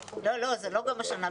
לא, זה לא גם השנה.